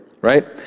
right